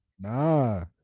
Nah